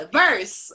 verse